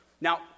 Now